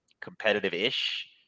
competitive-ish